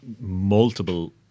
multiple